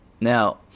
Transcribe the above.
Now